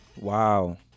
Wow